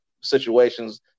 situations